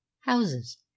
houses